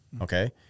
Okay